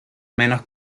menos